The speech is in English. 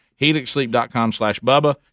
HelixSleep.com/slash/Bubba